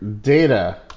data